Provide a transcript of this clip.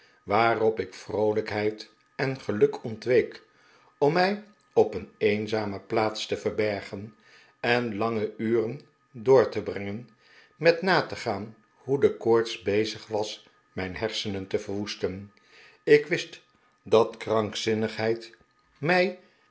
waarop ik vroolijkheid en geluk ontweek om mij op een eenzame een famil'iekwaal plaats te verbergen en lange uren door te brengen met na te gaan hoe de koorts bezig was mijn hersenen te verwoesten ik wist dat de krankzinnigheid mij